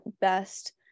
best